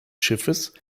schiffes